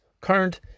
current